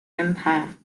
empire